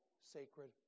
sacred